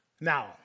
Now